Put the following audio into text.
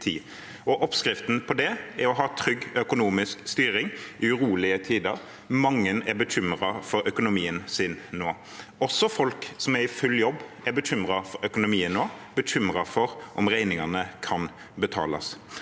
oppskriften på det er å ha trygg økonomisk styring i urolige tider. Mange er bekymret for økonomien sin nå. Også folk som er i full jobb, er bekymret for økonomien nå, bekymret for om regningene kan betales.